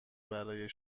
برای